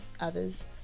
others